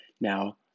Now